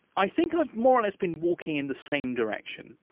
i think i've more or less been walking in the same direction,